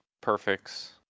perfects